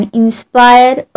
inspire